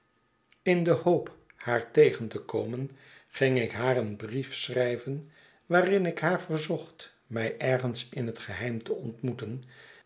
in de hoop van haar tegen te komen ging ik haar een brief schrijveh waarin ik haar verzocht mij ergens in het geheim te ontmoeten